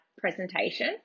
presentation